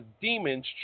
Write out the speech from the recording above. demons